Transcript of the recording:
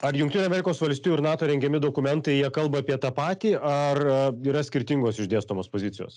ar jungtinių amerikos valstijų ir nato rengiami dokumentai jie kalba apie tą patį ar yra skirtingos išdėstomos pozicijos